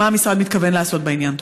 ומה המשרד מתכוון לעשות בעניין.